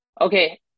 Okay